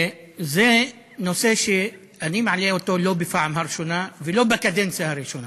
זה נושא שאני מעלה לא בפעם הראשונה ולא בקדנציה הראשונה.